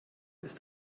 ist